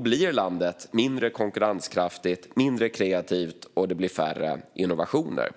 blir landet mindre konkurrenskraftigt och mindre kreativt, och det blir färre innovationer.